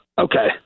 okay